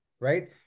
right